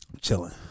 chilling